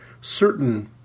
certain